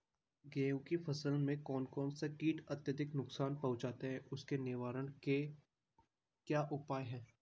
गेहूँ की फसल में कौन कौन से कीट अत्यधिक नुकसान पहुंचाते हैं उसके निवारण के क्या उपाय हैं?